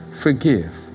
Forgive